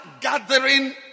Gathering